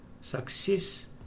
success